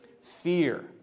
Fear